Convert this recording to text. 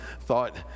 thought